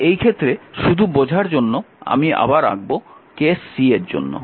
তাই এই ক্ষেত্রে শুধু বোঝার জন্য আবার আমি আঁকব কেস এর জন্য